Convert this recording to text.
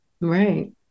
Right